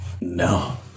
No